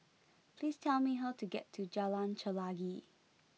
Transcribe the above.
please tell me how to get to Jalan Chelagi